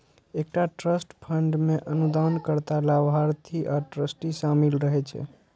एकटा trust fund मे अनुदानकर्ता, लाभार्थी आ ट्रस्टी शामिल रहै छै